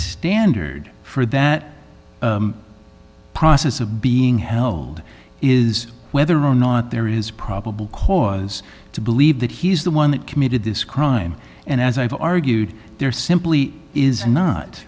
standard for that process of being held is whether or not there is probable cause to believe that he's the one that committed this crime and as i've argued there simply is not